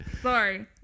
Sorry